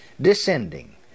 descending